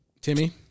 Timmy